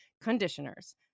conditioners